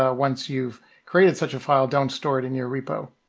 ah once you've created such a file, don't store it in your repo.